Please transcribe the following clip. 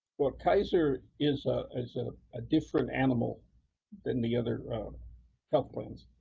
well kaiser is and sort of a different animal then the other health plans.